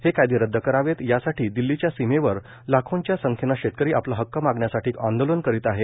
हे कायदे रदद करावेत यासाठी दिल्लीच्या सीमेवर लाखोंच्या संख्येनं शेतकरी आपला हक्क मागण्यासाठी आंदोलन करीत आहे